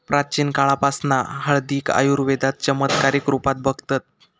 प्राचीन काळापासना हळदीक आयुर्वेदात चमत्कारीक रुपात बघतत